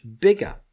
bigger